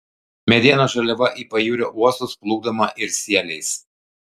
medienos žaliava į pajūrio uostus plukdoma ir sieliais